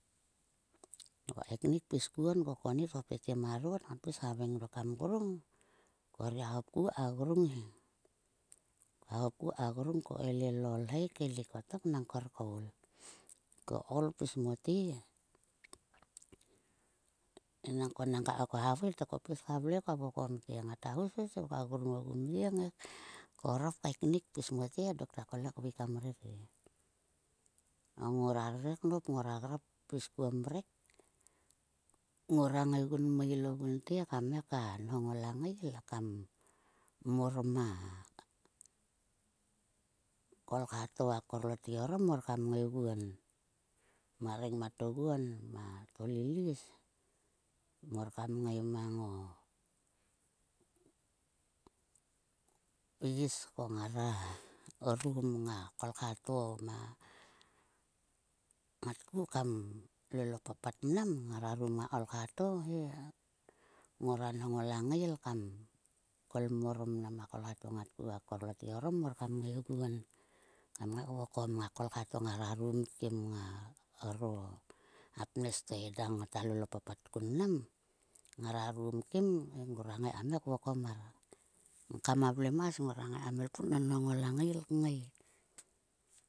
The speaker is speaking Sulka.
Ko kaiknik pis kuon ko konit hop marot. Ngat hop haveng dok kam grung. Ko her gia hopku ka grung he. Koa hopku ka grung, ko kaelel o lheik kaelik kotok nang ko her koul. Ko koul pis mote, enangko nanga ko havei koa pis ka vle koa vokom te ngata hus hus ko koa grung ogu mye ngai korop kaiknil pis mote dokta kole kveik kam rere. Nang ngora rere knop ngora grap pis kuon mrek. Ngura ngaigunmeil ogunte kam ngai ka nhong o langail kam. Mor ma kolkha to a korlotge orom mor kam ngaiguon ma rengmat oguon ma tolilis. Mor kam ngai mang o is ko ngara rum nga kolkha to ma ngatku kam lol o papat mnam. Ngara rum a kolkha to he ngora nhong o langail kam kol, mar mnam a kolkha to a korlotge orom mor kam ngaguon. Kam ngai kvokom a kolkha to ngara rum kim ngaro a pnes to eda ngata lol o papat kun mnam. Ngara rum kim he ngora ngai kam vokom mar ngka ma vlemas ngora ngai kam elpun nonhong o langail kngai.